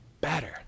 better